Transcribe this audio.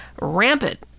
rampant